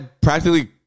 practically